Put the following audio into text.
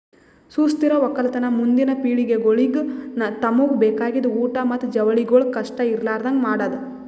ಸುಸ್ಥಿರ ಒಕ್ಕಲತನ ಮುಂದಿನ್ ಪಿಳಿಗೆಗೊಳಿಗ್ ತಮುಗ್ ಬೇಕಾಗಿದ್ ಊಟ್ ಮತ್ತ ಜವಳಿಗೊಳ್ ಕಷ್ಟ ಇರಲಾರದಂಗ್ ಮಾಡದ್